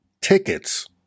tickets